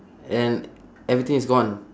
and everything is gone